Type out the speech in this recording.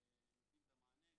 נותנים את המענה,